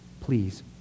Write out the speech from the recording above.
Please